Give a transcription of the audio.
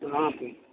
कहाँ पर